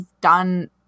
done